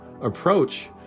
approach